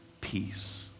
peace